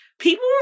people